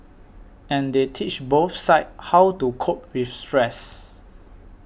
and they teach both sides how to cope with stress